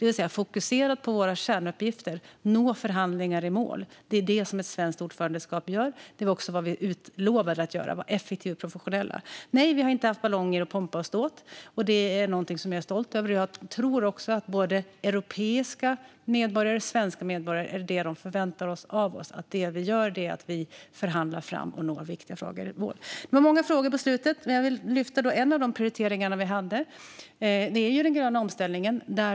Vi har fokuserat på våra kärnuppgifter och på att få förhandlingar i mål. Det är vad ett svenskt ordförandeskap gör. Det var också vad vi utlovade att göra, att vara effektiva och professionella. Nej, vi har inte haft ballonger och pompa och ståt. Det är någonting som jag är stolt över. Jag tror att både europeiska medborgare och svenska medborgare förväntar sig av oss att det vi gör är att förhandla fram och nå resultat i viktiga frågor. Det var många frågor som togs upp mot slutet. Jag vill lyfta fram en av de prioriteringar vi hade. Det är den gröna omställningen.